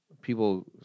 people